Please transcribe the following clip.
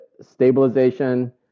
stabilization